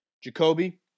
Jacoby